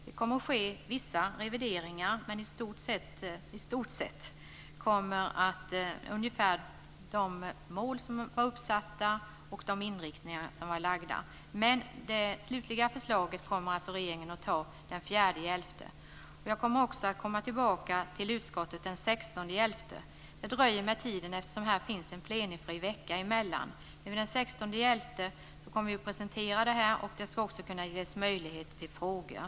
Det kommer att ske vissa revideringar, men i stort sett kommer de mål som är uppsatta och de inriktningar som är fastlagda att gälla. Men det slutliga förslaget kommer regeringen alltså att anta den 4 november. Jag kommer också tillbaka till utskottet den 16 november. Det drar ut på tiden eftersom det finns en plenifri vecka emellan. Men den 16 november kommer detta att presenteras, och det kommer också att ges möjlighet till att ställa frågor.